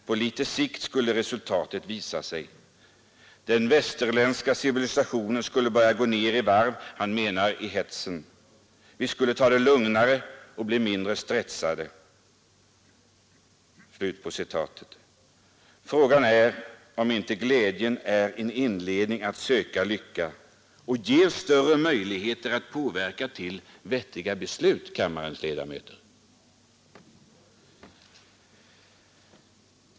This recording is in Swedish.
På lite sikt skulle resultatet visa sig. Den västerländska civilisationen skulle börja gå ner i varv” — han menar hetsen — ”vi skulle ta det lugnare och med mindre stress.” Frågan är om inte glädjen är en inledning att söka lycka och om den inte ger större möjligheter att påverka till vettigare beslut, kammarens ledamöter.